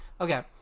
Okay